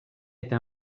eta